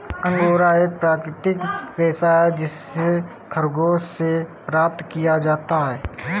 angora एक प्राकृतिक रेशा है जिसे खरगोश से प्राप्त किया जाता है